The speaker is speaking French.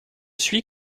suis